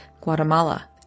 Guatemala